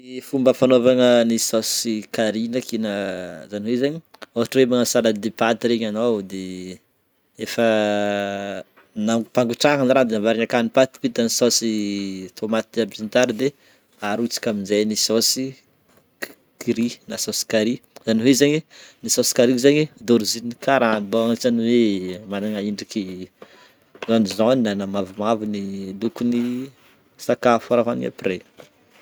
Ny fomba fanaovagna ny saosy carry ndreky na zany hoe zegny ohatra magnano salade de pâtes regny anao de efa nampangotrahagna ny rano de avarigna akany paty, vita ny saosy tômaty jiaby sy ny tariny de arotsaka amin'jay ny saosy k- curry na saosy carry, zany hoe zegny ny saosy carry io zegny d'origine karana, mbô zany hoe managna endriky jaune jaune na mavomavo ny lokony sakafo hoanigny après.